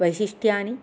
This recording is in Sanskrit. वैशिष्ट्यानि